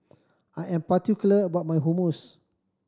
I am particular about my Hummus